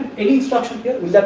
any instruction